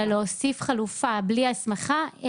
אלא להוסיף חלופה בלי הסמכה.